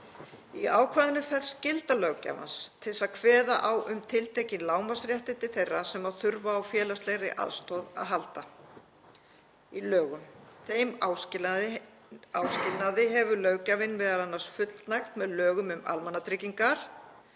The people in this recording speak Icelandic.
Í ákvæðinu felst skylda löggjafans til þess að kveða á um tiltekin lágmarksréttindi þeirra sem þurfa á félagslegri aðstoð að halda, í lögum. Þeim áskilnaði hefur löggjafinn m.a. fullnægt með lögum um almannatryggingar.